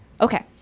Okay